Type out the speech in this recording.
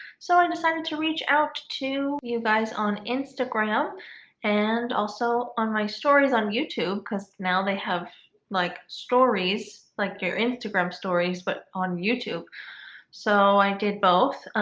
so i decided to reach out to you guys on instagram and also on my stories on youtube because now they have like stories like your instagram stories but on youtube so i did both